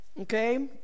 Okay